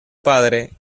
padre